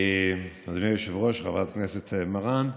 אדוני היושב-ראש, חברת הכנסת מראען,